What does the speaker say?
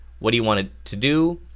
what do you want it to do?